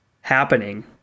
happening